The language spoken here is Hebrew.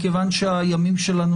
מכיוון שהימים שלנו,